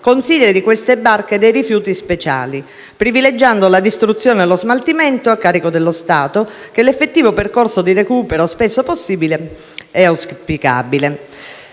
consideri queste barche dei rifiuti speciali, privilegiando la distruzione e lo smaltimento a carico dello Stato piuttosto che l'effettivo percorso di recupero, spesso possibile ed auspicabile.